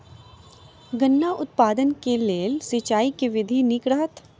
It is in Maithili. गन्ना उत्पादन केँ लेल सिंचाईक केँ विधि नीक रहत?